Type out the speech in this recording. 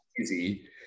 easy